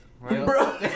Bro